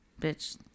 bitch